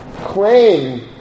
Claim